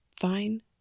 Fine